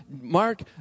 Mark